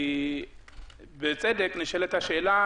כי בצדק נשאלת השאלה